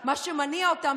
למה אתה נותן לו להפריע לה?